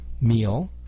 meal